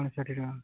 ପଞ୍ଚଷଠି ଟଙ୍କା